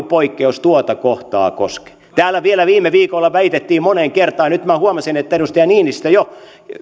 poikkeus tuota kohtaa koske täällä vielä viime viikolla väitettiin moneen kertaan nyt minä huomasin että edustaja niinistö jo